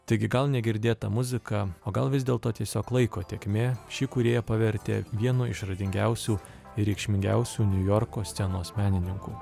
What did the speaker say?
taigi gal negirdėta muzika o gal vis dėlto tiesiog laiko tėkmė šį kūrėją pavertė vienu išradingiausių ir reikšmingiausių niujorko scenos menininkų